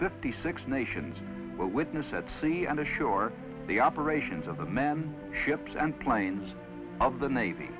fifty six nations will witness at sea and ashore the operations of the men ships and planes of the navy